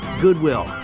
Goodwill